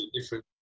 different